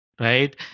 Right